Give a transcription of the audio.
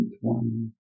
one